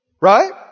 Right